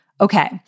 Okay